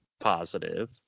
positive